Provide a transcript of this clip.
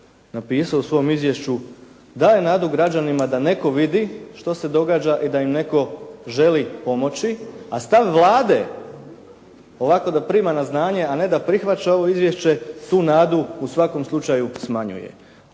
napisao u svom izvješću daje nadu građanima da netko vidi što se događa i da im netko želi pomoći a stav Vlade ovako da prima na znanje, a ne da prihvaća ovo izvješće tu nadu u svakom slučaju smanjuje.